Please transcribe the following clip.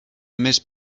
més